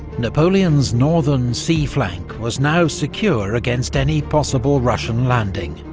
napoleon's northern, sea flank was now secure against any possible russian landing.